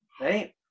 right